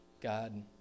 God